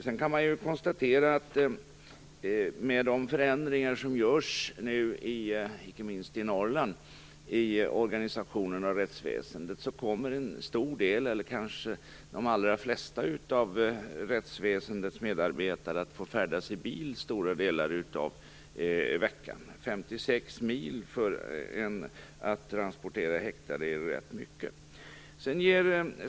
Sedan kan man konstatera att med de förändringar som nu görs av organisationen av rättsväsendet, icke minst i Norrland, kommer en stor del, kanske de allra flesta, av rättsväsendets medarbetare att få färdas i bil stora delar av veckan. 56 mil för att transportera häktade är rätt mycket.